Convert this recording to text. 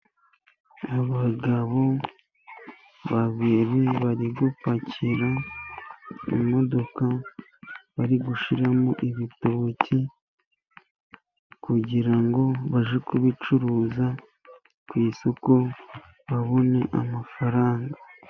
Abo bagabo babiri bari gupakira imodoka, bari gushyiramo ibitoki, kugira ngo bajye kubicuruza ku isoko, babone amafaranga.